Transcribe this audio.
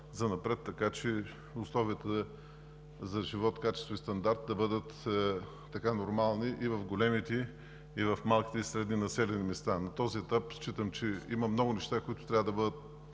занапред, така че условията за живот, качество и стандарт да бъдат нормални и в големите, и в малките и средните населени места. На този етап считам, че има много неща, които трябва да бъдат